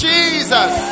Jesus